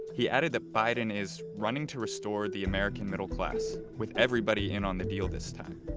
he added that biden is running to restore the american middle class with everybody in on the deal this time.